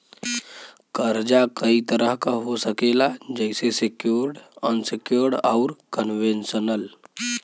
कर्जा कई तरह क हो सकेला जइसे सेक्योर्ड, अनसेक्योर्ड, आउर कन्वेशनल